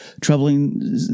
troubling